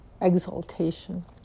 exaltation